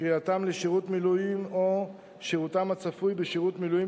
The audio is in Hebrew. קריאתם לשירות מילואים או שירותם הצפוי בשירות מילואים,